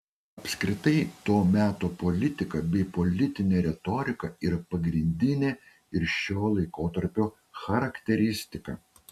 apskritai to meto politika bei politinė retorika yra pagrindinė ir šio laikotarpio charakteristika